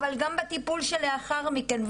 אבל גם בטיפול שלאחר מכן.